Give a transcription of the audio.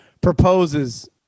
proposes